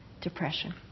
depression